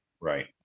right